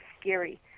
scary